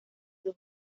dos